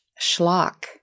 schlock